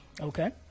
Okay